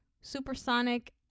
supersonic